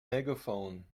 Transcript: megaphone